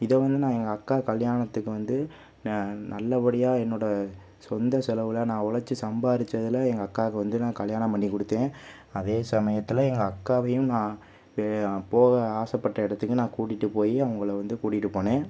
இதை வந்து நான் எங்கள் அக்கா கல்யாணத்துக்கு வந்து நான் நல்லபடியாக என்னோடய சொந்த செலவில் நான் உழைச்சி சம்பாரித்ததுல எங்கள் அக்காக்கு வந்து நான் கல்யாணம் பண்ணி கொடுத்தேன் அதே சமயத்தில் எங்கள் அக்காவையும் நான் போக ஆசைப்பட்ட இடத்துக்கு நான் கூட்டிகிட்டுப்போய் அவங்களை வந்து கூட்டிகிட்டு போனேன்